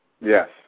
Yes